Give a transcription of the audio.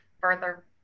further